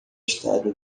estado